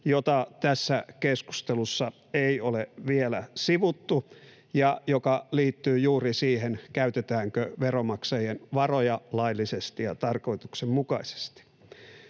jota tässä keskustelussa ei ole vielä sivuttu ja joka liittyy juuri siihen, käytetäänkö veronmaksajien varoja laillisesti ja tarkoituksenmukaisesti.